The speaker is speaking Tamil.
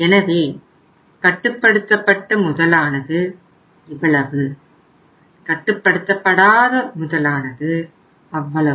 எனவே கட்டுப்படுத்தப்பட்ட முதலானது இவ்வளவு கட்டுப்படுத்தப்படாத முதலானது அவ்வளவு